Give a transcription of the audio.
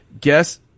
guess